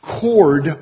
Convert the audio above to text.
cord